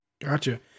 Gotcha